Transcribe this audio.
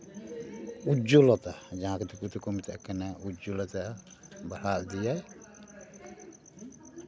ᱩᱡᱽᱡᱚᱞᱚᱛᱟ ᱡᱟᱦᱟᱸ ᱫᱚ ᱫᱤᱠᱩ ᱛᱮᱠᱚ ᱢᱮᱛᱟᱜ ᱠᱟᱱᱟ ᱩᱡᱽᱡᱚᱞᱚᱛᱟ ᱵᱟᱲᱦᱟᱣ ᱤᱫᱤᱭᱟᱭ